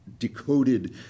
decoded